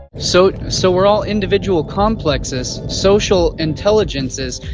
so so we're all individual complexes, social intelligences,